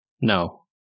No